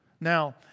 Now